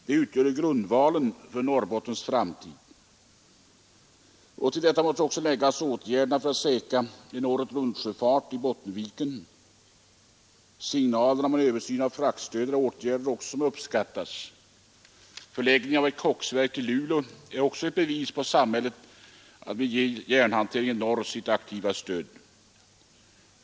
De utgör grundvalen för Norrbottens framtid. Till detta skall också läggas åtgärderna för att säkra åretruntsjöfart i Bottenviken. Signalerna om en översyn av fraktstödet är också en åtgärd som uppskattas. Förläggningen av ett koksverk till Luleå är ännu ett bevis på att samhället vill ge järnhanteringen i norr sitt aktiva stöd.